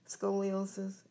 scoliosis